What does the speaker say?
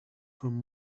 from